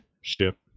ship